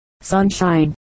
sunshine